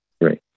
Right